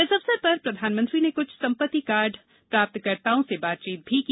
इस अवसर पर प्रधानमंत्री ने कुछ सम्पत्ति कार्ड प्राप्तकर्ताओं से बातचीत भी की